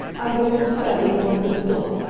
i go to study and work with gluck.